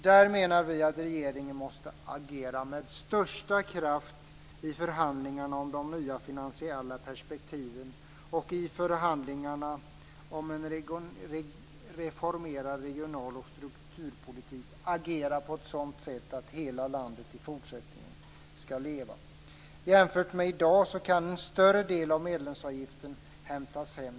Här menar vi att regeringen måste agera med största kraft i förhandlingarna om de nya finansiella perspektiven och i förhandlingarna om en reformerad regional och strukturpolitik agera på ett sådant sätt att hela landet i fortsättningen skall leva. Jämfört med i dag kan en större del av medlemsavgiften hämtas hem.